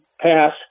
pass